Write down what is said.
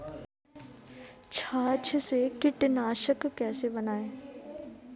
छाछ से कीटनाशक कैसे बनाएँ?